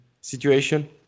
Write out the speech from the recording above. situation